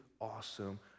awesome